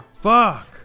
Fuck